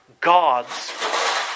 God's